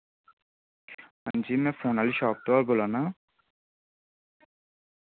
हांजी मैं फोन आह्ली शाप तो गै बोल्ला ना